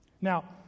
Now